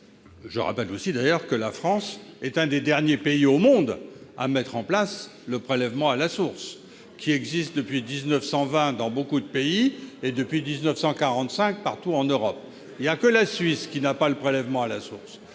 Je rappelle aussi que la France est l'un des derniers pays au monde à mettre en place le prélèvement à la source, qui existe depuis 1920 dans beaucoup de pays, et depuis 1945 partout en Europe. Seule la Suisse ne l'a pas adopté. Sauf pour